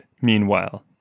meanwhile